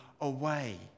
away